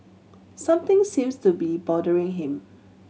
something seems to be bothering him